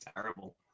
terrible